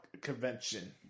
convention